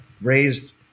raised